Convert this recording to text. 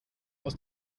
aus